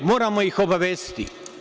Moramo ih obavestiti.